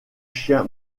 chien